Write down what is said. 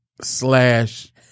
slash